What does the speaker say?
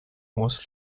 was